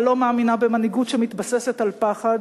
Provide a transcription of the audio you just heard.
לא מאמינה במנהיגות שמתבססת על פחד,